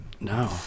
No